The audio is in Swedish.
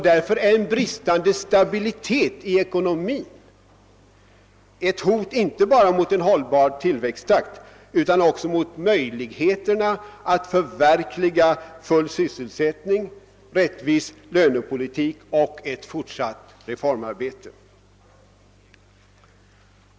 Därför är en bristande stabilisering i ekonomin ett hot inte bara mot en hållbar tillväxttakt utan också mot möjligheterna att förverkliga full sysselsättning, rättvis lönepolitik och ett fortsatt reformarbete.